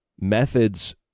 methods